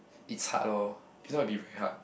it's hard lor it's gonna be very hard